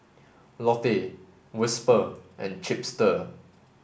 Lotte Whisper and Chipster